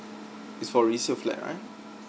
it's for resale flat right